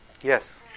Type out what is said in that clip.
Yes